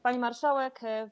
Pani Marszałek!